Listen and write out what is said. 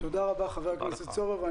תודה רבה, חבר הכנסת סובה.